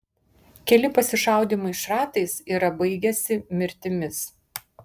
keli pasišaudymai šratais yra baigęsi mirtimis